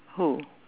who